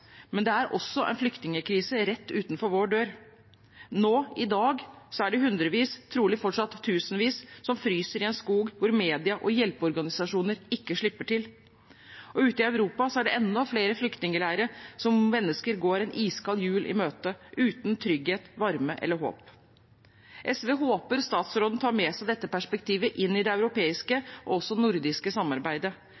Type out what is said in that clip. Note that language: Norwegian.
Men det er også en flyktningkrise rett utenfor vår dør. Nå, i dag, er det hundrevis, trolig fortsatt tusenvis, som fryser i en skog hvor media og hjelpeorganisasjoner ikke slipper til. Og ute i Europa er det enda flere flyktningleirer hvor mennesker går en iskald jul i møte, uten trygghet, varme eller håp. SV håper utenriksministeren tar med seg dette perspektivet inn i det europeiske